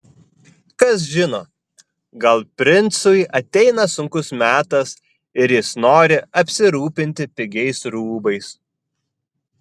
kas žino gal princui ateina sunkus metas ir jis nori apsirūpinti pigiais rūbais